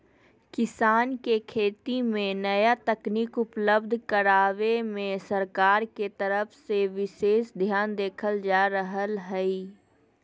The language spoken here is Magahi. किसान के खेती मे नया तकनीक उपलब्ध करावे मे सरकार के तरफ से विशेष ध्यान देल जा रहल हई